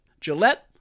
Gillette